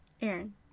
Aaron